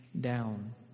down